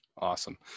Awesome